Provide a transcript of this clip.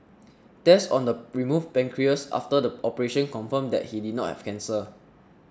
tests on the removed pancreas after the operation confirmed that he did not have cancer